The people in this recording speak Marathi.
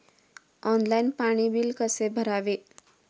ऑनलाइन पाणी बिल कसे भरावे?